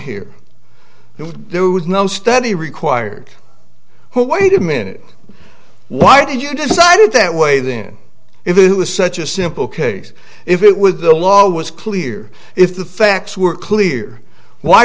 and there was no study required whoa wait a minute why did you decide it that way then if it was such a simple case if it was the law was clear if the facts were clear why